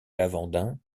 lavandin